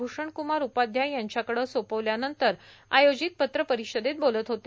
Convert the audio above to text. भुषणकुमार उपाध्याय यांच्याकडे सोपवल्यानंतर आयोजित पत्रपरिषदेत ते बोलत होते